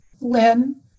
Lynn